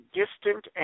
distant